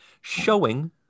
Showing